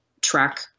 track